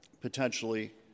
potentially